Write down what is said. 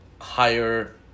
higher